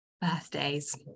Birthdays